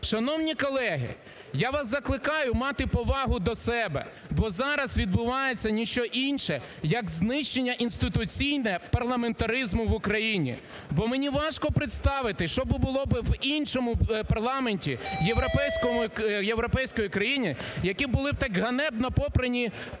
Шановні колеги, я вас закликаю мати повагу до себе, бо зараз відбувається ні що інше, як знищення інституційне парламентаризму в Україні. Бо мені важко представити, що би було в іншому парламенті європейської країни, які були б так ганебно попрані положення